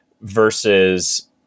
versus